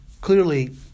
clearly